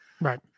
Right